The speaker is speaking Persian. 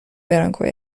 برانکوی